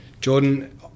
Jordan